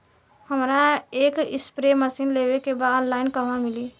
हमरा एक spray machine लेवे के बा ऑनलाइन कहवा मिली?